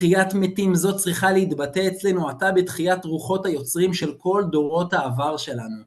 תחיית מתים זו צריכה להתבטא אצלנו, אתה בתחיית רוחות היוצרים של כל דורות העבר שלנו.